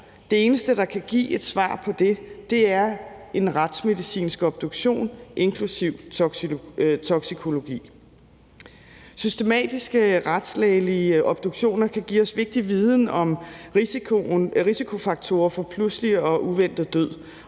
Det eneste, der kan give et svar på det, er en retsmedicinsk obduktion inklusive toksikologi. Systematiske retslægelige obduktioner kan give os vigtig viden om risikofaktorer for pludselig og uventet død